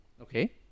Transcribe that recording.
Okay